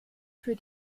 für